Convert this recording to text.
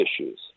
issues